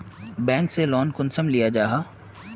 Bank से loan कुंसम लिया जाहा?